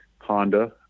Honda